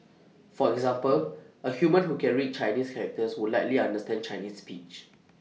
for example A human who can read Chinese characters would likely understand Chinese speech